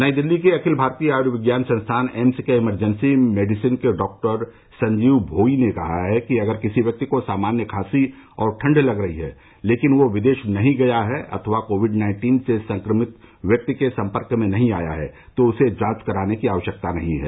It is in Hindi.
नई दिल्ली के अखिल भारतीय आयुर्विज्ञान संस्थान एम्स के इमरजेंसी मेडिसिन के डॉक्टर संजीव भोई ने कहा कि अगर किसी व्यक्ति को सामान्य खांसी है और ठंड लग रही है लेकिन वह विदेश नहीं गया है अथवा कोविड नाइन्टीन से संक्रमित व्यक्ति के सम्पर्क में नहीं आया है तो उसे जांच कराने की आवश्यकता नहीं है